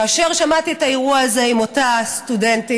כאשר שמעתי את האירוע הזה עם אותה סטודנטית,